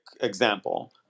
example